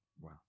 Wow